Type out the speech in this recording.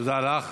תודה לך.